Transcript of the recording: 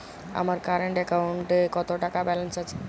আমার কারেন্ট অ্যাকাউন্টে কত টাকা ব্যালেন্স আছে?